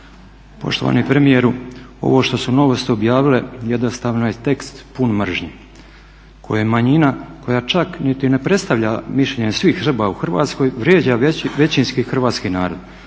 Poštovani premijeru, ovo što su novosti objavile jednostavno je tekst pun mržnje kojoj manjina koja čak niti ne predstavlja mišljenje svih Srba u Hrvatskoj vrijeđa većinski hrvatski narod.